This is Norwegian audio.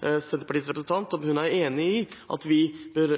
Senterpartiets representant om hun er enig i at vi bør